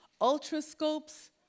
ultrascopes